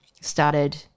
started